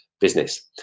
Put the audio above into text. business